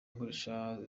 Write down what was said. nkoresha